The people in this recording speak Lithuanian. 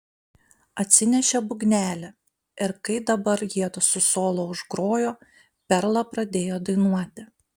atsinešė būgnelį ir kai dabar jiedu su solo užgrojo perla pradėjo dainuoti